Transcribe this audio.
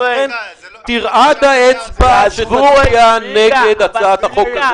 לכן תרעד האצבע של מי שהיה נגד הצעת החוק הזאת,